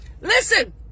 Listen